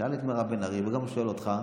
שאל את מירב בן ארי והוא גם שואל אותך.